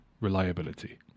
reliability